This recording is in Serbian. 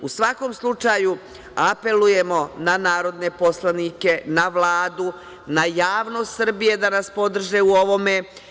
U svakom slučaju, apelujemo na narodne poslanike, na Vladu, na javnost Srbije da nas podrže u ovome.